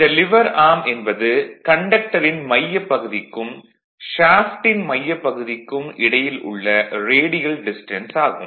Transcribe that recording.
இந்த lever arm என்பது கண்டக்டரின் மையப் பகுதிக்கும் ஷேஃப்ட்டின் மையப் பகுதிக்கும் இடையில் உள்ள ரேடியல் டிஸ்டன்ஸ் ஆகும்